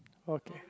okay